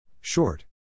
Short